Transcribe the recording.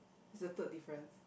is the third difference